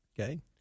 Okay